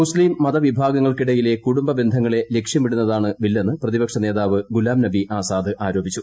മുസ്ത്രീം മത വിഭാഗങ്ങൾക്കിടയിലെ കുടുംബ ബന്ധങ്ങളെ ലക്ഷ്യമിടുന്നതാണ് ബില്ലെന്ന് പ്രതിപക്ഷ നേതാവ് ഗുലാംനബി ആസാദ് ആരോപിച്ചു